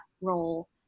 role